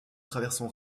traversant